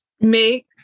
Make